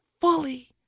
fully